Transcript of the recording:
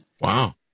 Wow